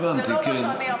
זה לא מה שאני אמרתי.